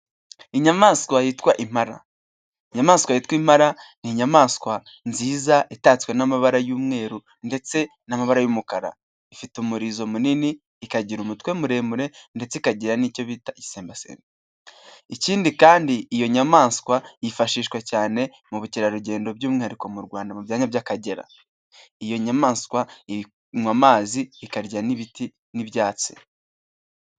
Inyamaswa yitwa impla inyamaswa yitwa impala, ni inyamaswa nziza itatswe n'amabara y'umweru ndetse n'amabara y'umukara. Ifite umurizo munini ikagira umutwe muremure, ndetse ikagira n'icyo bita isembasembe, ikindi kandi iyo nyamaswa yifashishwa cyane mu bukerarugendo by'umwihariko mu Rwanda mu byanya by'Akagera, iyo nyamaswa inywa amazi, ikarya n'ibiti, n'ibyatsi.